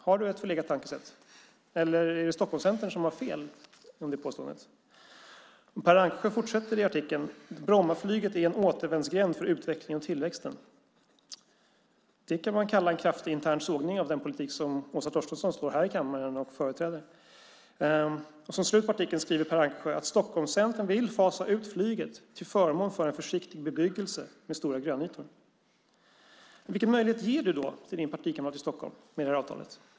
Har hon ett förlegat tankesätt, eller är det Stockholmscentern som har fel i det påståendet? Per Ankersjö fortsätter i artikeln med att säga: Brommaflyget är en återvändsgränd för utvecklingen och tillväxten. Det kan man kalla en kraftig intern sågning av den politik som Åsa Torstensson står här i kammaren och företräder. I slutet på artikeln skriver Per Ankersjö att Stockholmscentern vill fasa ut flyget till förmån för en försiktig bebyggelse med stora grönytor. Vilken möjlighet ger ministern till sin partikamrat i Stockholm med det här avtalet?